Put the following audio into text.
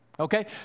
Okay